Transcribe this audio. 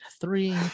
three